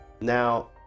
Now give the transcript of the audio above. Now